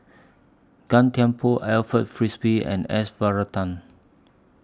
Gan Thiam Poh Alfred Frisby and S Varathan